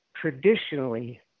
traditionally